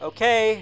Okay